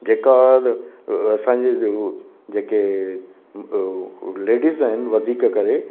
जे का त असांजे हिते हू जे के लेडीज़ आहिनि वधीक करे